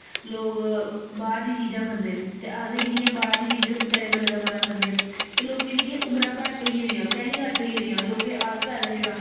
लोग बाह्र दियां चीजां खंदे न ते आखदे कि जि'यां बाह्र दी चीज दा तले मले दा मता खंदे ते लोकें दी उमरा घट्ट होई गेदियां कैल्ली घट्ट होई गेदियां लोकें आलस पाए दा छड़ा